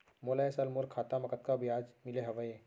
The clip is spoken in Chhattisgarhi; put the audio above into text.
मोला ए साल मोर खाता म कतका ब्याज मिले हवये?